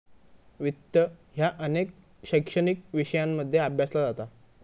वित्त ह्या अनेक शैक्षणिक विषयांमध्ये अभ्यासला जाता